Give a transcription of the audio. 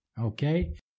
okay